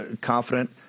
confident